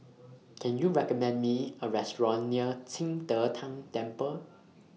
Can YOU recommend Me A Restaurant near Qing De Tang Temple